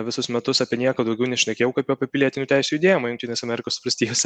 visus metus apie nieką daugiau nešnekėjau kaip apie pilietinių teisių judėjimą jungtinėse amerikos valstijose